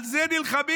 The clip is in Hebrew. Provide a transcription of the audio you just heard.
על זה נלחמים,